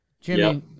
Jimmy